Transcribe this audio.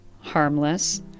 harmless